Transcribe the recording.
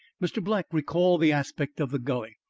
mr. black recalled the aspect of the gully,